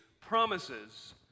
promises